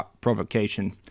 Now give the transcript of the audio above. provocation